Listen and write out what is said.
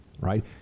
Right